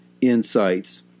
insights